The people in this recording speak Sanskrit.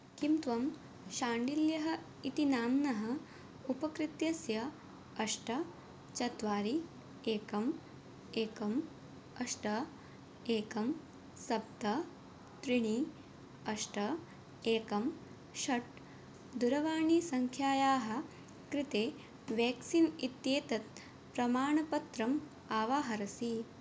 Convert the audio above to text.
किं त्वं शाण्डिल्यः इति नाम्नः उपकृतस्य अष्ट चत्वारि एकम् एकम् अष्ट एकं सप्त त्रीणि अष्ट एकं षट् दूरवाणीसङ्ख्यायाः कृते वेक्सिन् इत्येतत् प्रमाणपत्रम् अवाहरसि